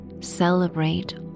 Celebrate